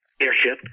airship